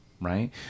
Right